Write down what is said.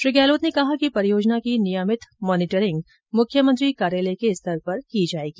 श्री गहलोत ने कहा कि परियोजना की नियमित मॉनिटरिंग मुख्यमंत्री कार्यालय के स्तर पर की जाएगी